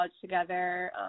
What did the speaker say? together